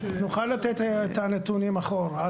נוכל לתת את הנתונים אחורה.